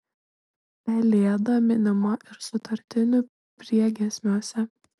pelėda minima ir sutartinių priegiesmiuose